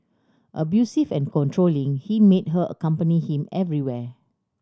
abusive and controlling he made her accompany him everywhere